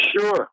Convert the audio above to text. Sure